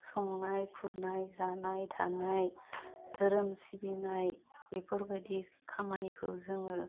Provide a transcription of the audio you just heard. संनाय खुरनाय जानाय थानाय धोरोम सिबिनाय बेफोरबायदि खामानिखौ जोङो